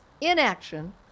inaction